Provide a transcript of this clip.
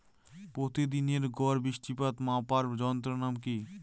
প্রতিদিনের গড় বৃষ্টিপাত মাপার যন্ত্রের নাম কি?